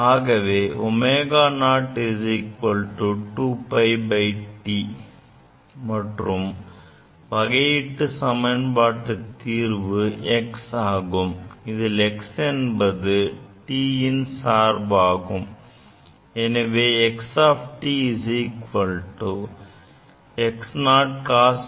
எனவே ω0 2πT மற்றும் வகையீட்டு சமன்பாடுகள் தீர்வு x ஆகும் இதில் x என்பது tன் சார்பாகும் எனவே x x0cosω0t